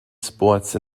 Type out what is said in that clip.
sports